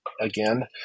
again